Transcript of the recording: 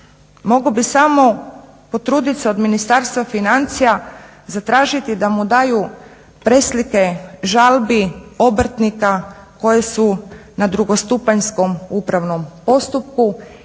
Mogao bi samo potruditi se od Ministarstva financija zatražiti da mu daju preslike, žalbi obrtnika, koji su na drugostupanjskom upravnom postupku